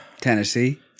Tennessee